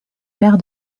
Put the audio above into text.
père